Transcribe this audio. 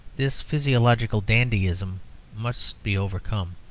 this physiological dandyism must be overcome.